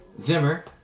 Zimmer